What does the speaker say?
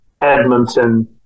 Edmonton